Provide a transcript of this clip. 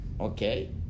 Okay